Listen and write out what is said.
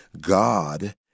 God